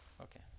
Okay